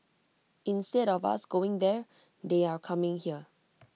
instead of us going there they are coming here